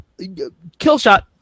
Killshot